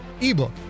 ebook